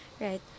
right